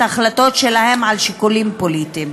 ההחלטות שלהם על-פי שיקולים פוליטיים.